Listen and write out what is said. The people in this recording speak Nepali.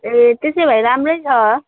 ए त्यसोभए राम्रै छ